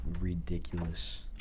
ridiculous